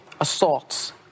assaults